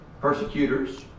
persecutors